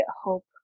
hope